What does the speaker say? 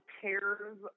pairs